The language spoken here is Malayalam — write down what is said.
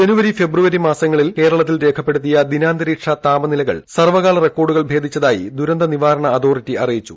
ജനുവരി ഫെബ്രുവരി മാസങ്ങളിൽ കേരളത്തിൽ രേഖപ്പെട്ടുത്തിയ ദിനാന്തരീക്ഷ താപനിലകൾ സർവകാല റെക്കോർഡുകൾ ഭേദ്ദിച്ചത്ടൂയി ദുരന്തനിവാരണ അതോറിറ്റി അറിയിച്ചു